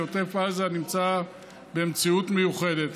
שעוטף עזה נמצא במציאות מיוחדת.